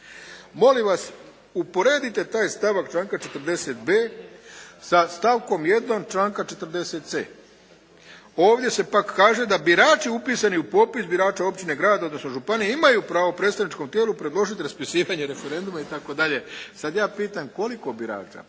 Molim vas uporebite taj stavak članka 40.b sa stavkom 1. članka 40.c. Ovdje se pak kaže da birači upisani u popis birača općine, grada, odnosno županije imaju pravo predstavničkom tijelu predložiti raspisivanje referenduma, itd. Sad ja pitam koliko birača?